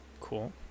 Cool